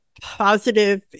positive